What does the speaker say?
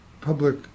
public